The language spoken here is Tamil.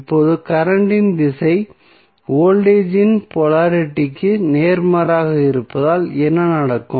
இப்போது கரண்ட் இன் திசை வோல்டேஜ் இன் போலாரிட்டிக்கு நேர்மாறாக இருப்பதால் என்ன நடக்கும்